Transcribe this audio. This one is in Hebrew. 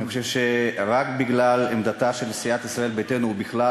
אני חושב שרק בגלל עמדתה של סיעת ישראל ביתנו הוא בכלל